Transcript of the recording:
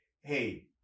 hey